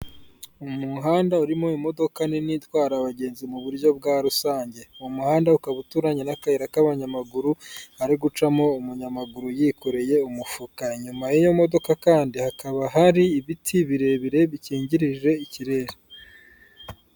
Umuhanda urimo imodoka nini itwara abagenzi muburyo bwa rusange uwo muhanda ukaba uturanye n'akayira k'abanyamaguru hari gucamo umunyamaguru yikoreye umufuka inyuma y'iyo modoka kandi hakaba hari ibiti birebire bikingirije ikirere.